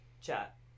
chat